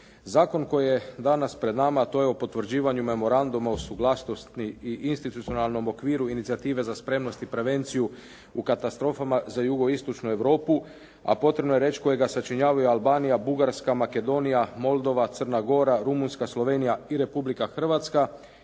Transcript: Zakon koji je danas pred nama to je o potvrđivanju Memoranduma o suglasnosti i institucionalnom okviru inicijative za spremnost i prevenciju u katastrofama za jugoistočnu Europu, a potrebno je reći kojega sačinjavaju Albanija, Bugarska, Makedonija, Moldova, Crna Gora, Rumunjska, Slovenija i Republika Hrvatska